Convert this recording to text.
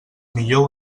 millor